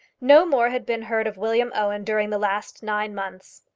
no more had been heard of william owen during the last nine months.